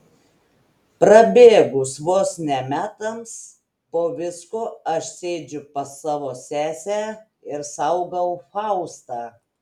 prabėgus vos ne metams po visko aš sėdžiu pas savo sesę ir saugau faustą